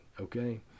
Okay